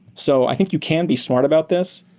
so i think you can be smart about this.